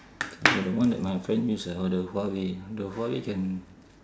ya the one that my friend use like all the huawei the huawei can